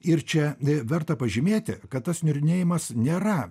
ir čia verta pažymėti kad tas niurnėjimas nėra